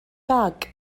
bag